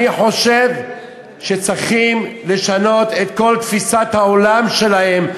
אני חושב שצריכים לשנות את כל תפיסת העולם שלהן,